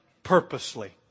Purposely